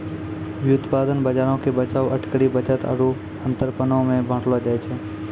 व्युत्पादन बजारो के बचाव, अटकरी, बचत आरु अंतरपनो मे बांटलो जाय छै